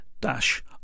dash